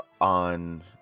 on